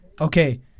okay